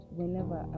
whenever